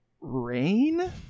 rain